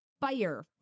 Fire